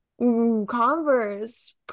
converse